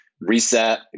reset